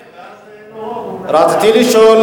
כן, ואז אין לו רוב, רציתי לשאול